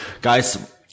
Guys